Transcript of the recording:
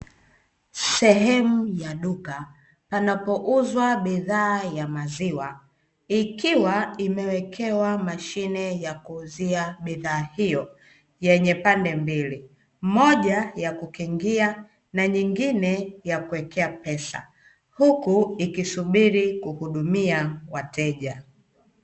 Sehemu ya duka panapouzwa bidhaa ya maziwa, ikiwa imewekewa mashine ya kuuzia bidhaa hiyo yenye pande mbili; moja ya kukingia na nyingine ya kuwekea pesa; huku ikisubiri kuhudumia wateja.